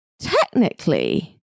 technically